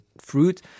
fruit